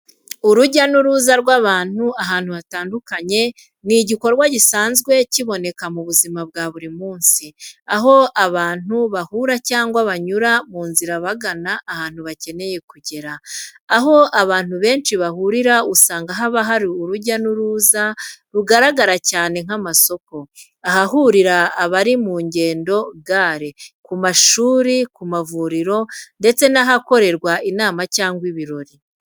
Urujya n’uruza rw’abantu ahantu hatandukanye ni igikorwa gisanzwe kiboneka mu buzima bwa buri munsi, aho abantu bahura cyangwa banyura mu nzira bagana ahantu bakeneye kugera. Aho abantu benshi bahurira usanga haba urujya n’uruza rugaragara cyane nk’amasoko, ahahurira abari mu ngendo (gare), ku mashuri, ku mavuriro, ndetse n’ahakorerwa inama cyangwa ibirori.